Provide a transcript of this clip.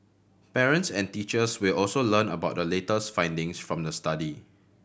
parents and teachers will also learn about the latest findings from the study